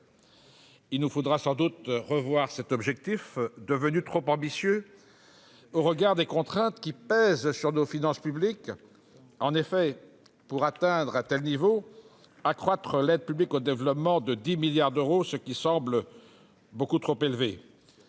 Il nous faudra sans doute revoir cet objectif, devenu trop ambitieux au regard des contraintes qui pèsent désormais sur nos finances publiques. En effet, pour atteindre un tel niveau, nous devrions accroître l'aide publique au développement de 10 milliards d'euros en deux ans, ce qui semble trop élevé.